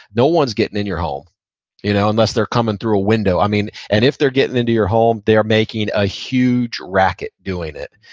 no one's getting in your home you know unless they're coming through a window. and if they're getting into your home, they're making a huge racket doing it.